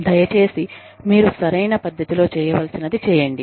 దయచేసి మీరు సరైన పద్ధతిలో చేయవలసినది చేయండి